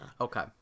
okay